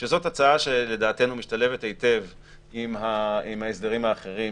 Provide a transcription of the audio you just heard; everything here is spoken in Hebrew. שזאת הצעה שלדעתנו משתלבת היטב עם ההסדרים האחרים